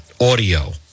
audio